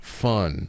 fun